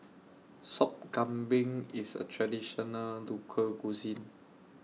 Sop Kambing IS A Traditional Local Cuisine